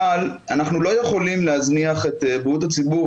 אבל אנחנו לא יכולים להזניח את בריאות הציבור,